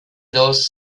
dos